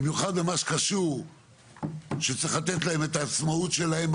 במיוחד למה שקשור שצריך לתת להם את העצמאות שלהם,